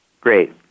Great